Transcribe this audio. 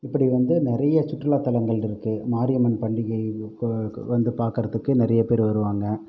இப்படி வந்து நிறைய சுற்றுலாத் தலங்கள் இருக்குது மாரியம்மன் பண்டிகை கோவிலுக்கு வந்து பார்க்கறதுக்கு நிறையா பேர் வருவாங்க